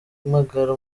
ahamagara